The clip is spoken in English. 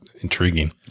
intriguing